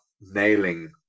nailing